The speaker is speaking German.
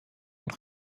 und